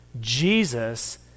Jesus